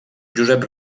josep